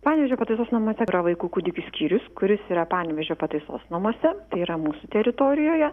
panevėžio pataisos namuose yra vaikų kūdikių skyrius kuris yra panevėžio pataisos namuose tai yra mūsų teritorijoje